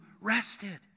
rested